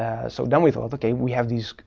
and so then we thought okay, we have these,